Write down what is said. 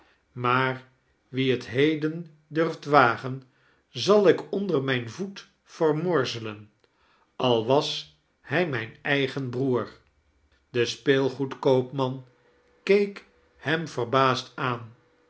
maar wie het heden durft wagon zal ik onder mijn voet vermorzelen al was hij mijn edgen broer de speelgoedkoopman keek hem verbaasd aan